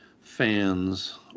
fans